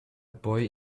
boy